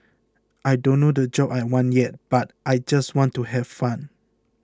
I don't know the job I want yet but I just want to have fun